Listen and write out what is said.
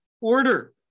order